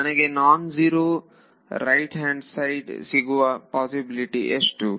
ನನಗೆ non zero right hand side ಸಿಗುವ possibility ಎಷ್ಟು